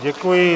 Děkuji.